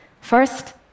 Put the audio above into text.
First